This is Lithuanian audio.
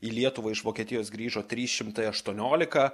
į lietuvą iš vokietijos grįžo trys šimtai aštuoniolika